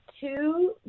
two